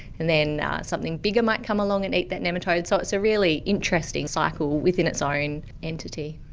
and then something bigger might come along and eat that nematode, so it's a really interesting cycle within its ah own entity.